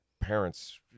parents